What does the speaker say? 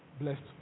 blessed